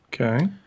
okay